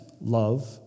love